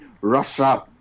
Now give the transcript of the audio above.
russia